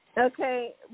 Okay